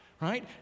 right